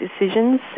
decisions